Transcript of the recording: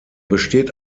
besteht